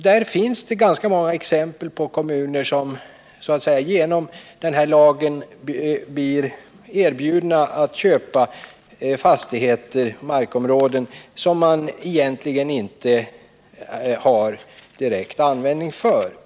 Det finns ganska många exempel på kommuner, som genom denna lag blir erbjudna att köpa fastigheter och markområden som de egentligen inte har direkt användning för.